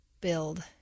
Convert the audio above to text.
build